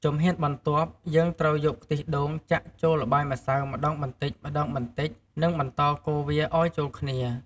ជំហានបន្ទាប់ យើងត្រូវយកខ្ទិះដូងចាក់ចូលល្បាយម្សៅម្ដងបន្តិចៗ និងបន្តកូរវាអោយចូលគ្នា។